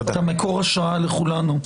אתה מקור השראה לכולנו.